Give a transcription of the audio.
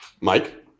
Mike